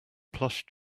plush